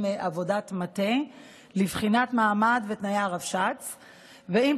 עבודת מטה לבחינת תנאי הרבש"ץ ומעמדו.